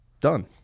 done